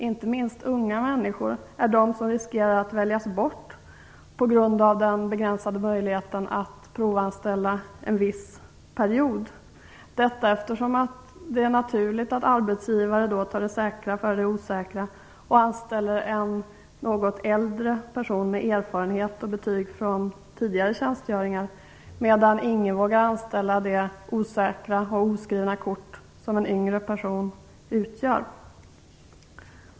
Inte minst unga människor riskerar att väljas bort på grund av den begränsade möjligheten att provanställa under en viss period - detta eftersom det är naturligt att arbetsgivare tar det säkra för det osäkra och hellre anställer en något äldre person med erfarenhet och betyg från tidigare tjänstgöringar. Ingen vågar anställa det osäkra och oskrivna kort som en yngre person utgör.